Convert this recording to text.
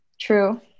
true